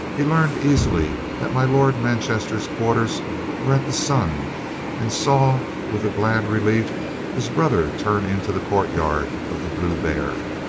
he learned easily that my lord manchester's quarters were at the sun and saw with a glad relief his brother turn into the courtyard of the blue bear.